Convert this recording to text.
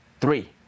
three